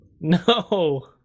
No